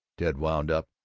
ted wound up,